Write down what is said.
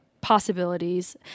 possibilities